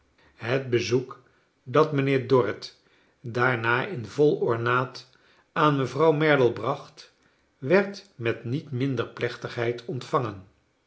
het bezoek dat mijnheer dorrit daarna in vol ornaat aan mevrouw merdle bracht werd met niet minder plechtigheid ontvangen